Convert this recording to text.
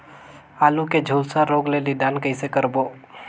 आलू के झुलसा रोग ले निदान कइसे करबो?